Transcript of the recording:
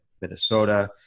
Minnesota